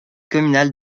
communal